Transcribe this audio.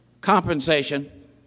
compensation